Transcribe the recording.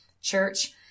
church